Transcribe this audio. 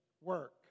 work